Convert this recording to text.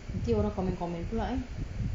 nanti orang comment comment pula eh